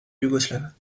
yougoslave